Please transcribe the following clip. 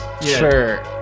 Sure